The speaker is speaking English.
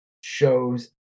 shows